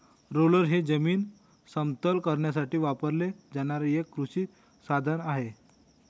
roller हे जमीन समतल करण्यासाठी वापरले जाणारे एक कृषी साधन आहे